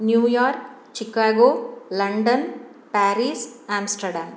New York Chicago London Paris Amsterdam